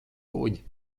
kuģi